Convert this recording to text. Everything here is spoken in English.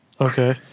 Okay